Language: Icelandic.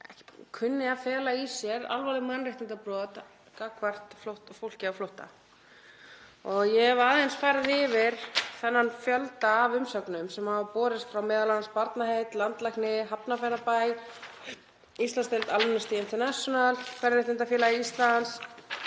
kunni að fela í sér alvarleg mannréttindabrot gagnvart fólki á flótta. Ég hef aðeins farið yfir þann fjölda af umsögnum sem hafa borist frá m.a. Barnaheill, landlækni, Hafnarfjarðarbæ, Íslandsdeild Amnesty International, Kvenréttindafélagi Íslands,